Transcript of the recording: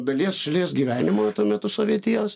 dalies šalies gyvenimo tuo metu sovietijos